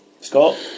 Scott